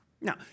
Now